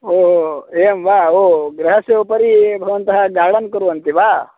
ओ ओ ओ एवं वा ओ गृहस्य उपरि भवन्तः गाडन् कुर्वन्ति वा